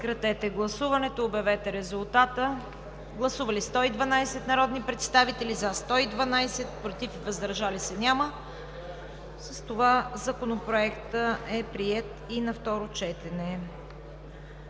изменение на Закона за пътищата. Гласували 112 народни представители: за 112, против и въздържали се няма. С това Законопроектът е приет и на второ четене.